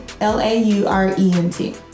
L-A-U-R-E-N-T